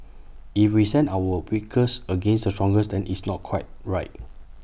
if we send our weakest against the strongest then it's not quite right